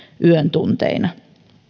yön tunteina